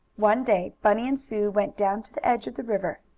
one day bunny and sue went down to the edge of the river.